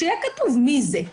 שיהיה כתוב מי זה.